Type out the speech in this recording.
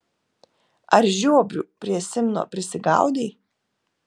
ar žiobrių prie simno prisigaudei